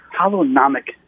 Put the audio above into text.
holonomic